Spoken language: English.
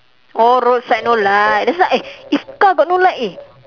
oh roadside no light that's why eh if car got no light eh